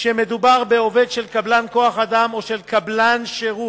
כשמדובר בעובד של קבלן כוח-אדם או של קבלן שירות,